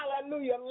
Hallelujah